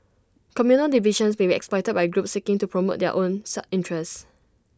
communal divisions may be exploited by groups seeking to promote their own sad interests